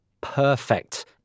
perfect